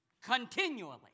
continually